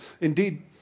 indeed